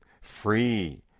free